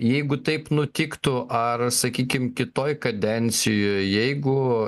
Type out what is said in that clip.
jeigu taip nutiktų ar sakykim kitoj kadencijoj jeigu